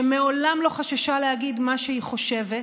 שמעולם לא חששה להגיד מה שהיא חושבת,